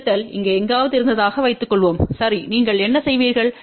ZL இங்கே எங்காவது இருந்ததாக வைத்துக்கொள்வோம் சரி நீங்கள் என்ன செய்வீர்கள்